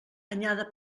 anyada